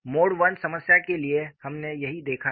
mode I समस्या के लिए हमने यही देखा था